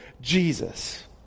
Jesus